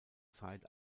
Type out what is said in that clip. zeit